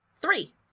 Three